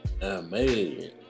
Amazing